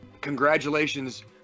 congratulations